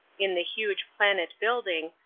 in the huge planet building,